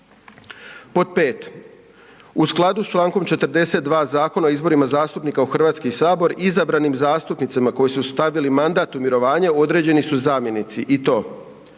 5. U skladu s čl. 42. Zakona o izborima zastupnika u Hrvatski sabor izabranim zastupnicima koji su stavili mandat u mirovanje određeni su zamjenici i to: